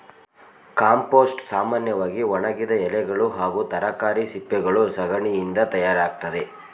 compost ಸಾಮನ್ಯವಾಗಿ ಒಣಗಿದ ಎಲೆಗಳು ಹಾಗೂ ತರಕಾರಿ ಸಿಪ್ಪೆಗಳು ಸಗಣಿಯಿಂದ ತಯಾರಾಗ್ತದೆ